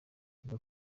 njya